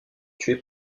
tué